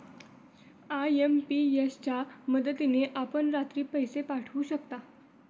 IMPS च्या मदतीने आपण रात्री पैसे पाठवू शकता